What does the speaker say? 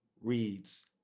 reads